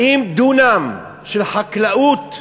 האם דונם של חקלאות,